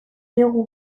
diogu